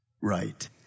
right